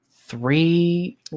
three